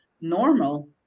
normal